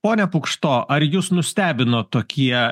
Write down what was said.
pone pukšto ar jus nustebino tokie